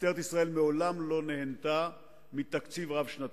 משטרת ישראל מעולם לא נהנתה מתקציב רב-שנתי.